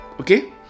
Okay